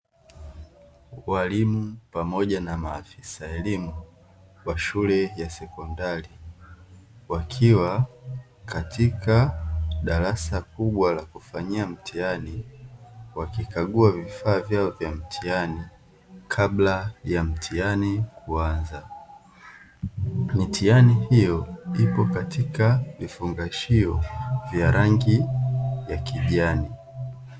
Walimu pamoja na maafisa elimu wa shule ya sekondari, wakiwa katika darasa kubwa la kufanyia mtihani, wakikagua vifaa vyao vya mtihani kabla ya mtihani kuanza. Mitihani hio ipo katika vifungashio vya rangi ya kijani.